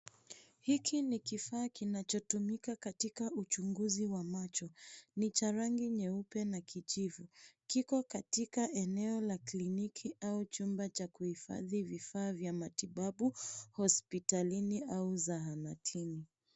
Hiki ni kifaa kinachotumika katika uchunguzi wa macho. Ni cha rangi nyeupe na kijivu. Kiko katika eneo la kliniki au chumba cha kuhifadhi vifaa vya matibabu, hospitalini au zahanatini.